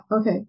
Okay